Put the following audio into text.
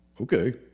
okay